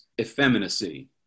effeminacy